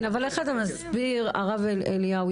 אבל איך אתה מסביר הרב אליהו?